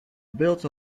built